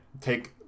take